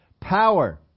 Power